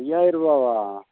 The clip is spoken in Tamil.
ஐயாயிரம் ருபாவா